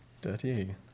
Dirty